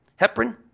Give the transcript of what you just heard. heparin